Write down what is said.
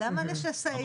למה לשסעים?